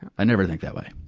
i never think that way,